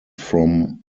from